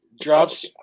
drops